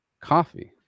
coffee